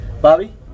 Bobby